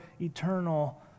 eternal